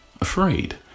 afraid